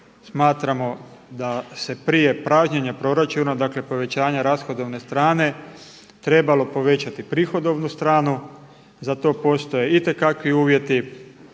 smatramo da se prije pražnjenja proračuna, dakle povećanja rashodovne strane trebalo povećati prihodovnu stranu. Za to postoje itekakvi uvjeti,